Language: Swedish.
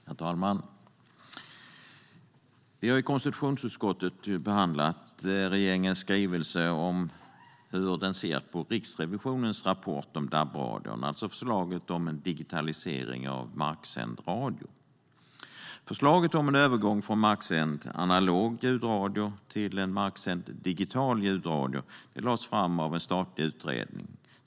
Herr talman! Vi har i konstitutionsutskottet behandlat regeringens skrivelse om hur den ser på Riksrevisionens rapport om DAB-radion, alltså förslaget om en digitalisering av marksänd radio. Förslaget om en övergång från marksänd analog ljudradio till marksänd digital ljudradio lades fram av en statlig utredning.